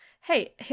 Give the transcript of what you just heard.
Hey